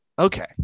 Okay